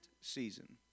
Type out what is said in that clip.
Season